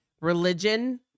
Religion